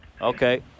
Okay